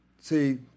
See